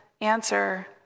answer